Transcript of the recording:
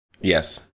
Yes